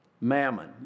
Mammon